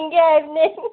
ꯌꯦꯡꯒꯦ ꯍꯥꯏꯕꯅꯦ